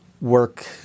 work